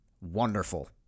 Wonderful